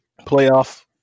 Playoff